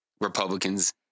republicans